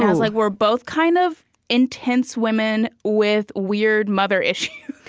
yeah like we're both kind of intense women with weird mother issues.